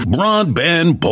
Broadband